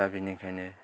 दा बेनिखायनो